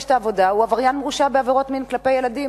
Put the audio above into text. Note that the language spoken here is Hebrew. את העבודה הוא עבריין מורשע בעבירות מין כלפי ילדים.